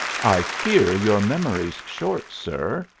i fear your memory's short, sir.